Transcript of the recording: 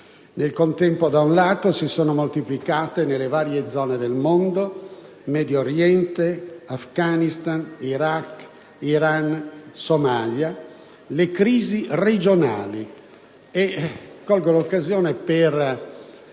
Al contempo, da un lato, si sono moltiplicate nelle varie zone del mondo - Medio Oriente, Afghanistan, Iraq, Iran, Somalia - le crisi regionali